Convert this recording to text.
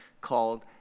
called